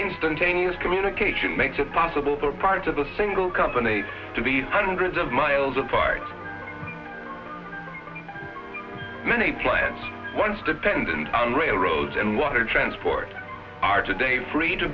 instantaneous communication makes it possible for parts of the single company to be hundreds of miles apart many plants once dependent on railroad and water transport are today free to